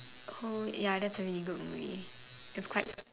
oh ya that's a really good movie it's quite